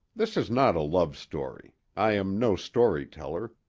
this is not a love story. i am no storyteller,